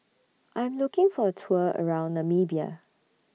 I'm looking For A Tour around Namibia